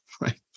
right